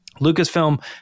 Lucasfilm